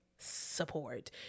support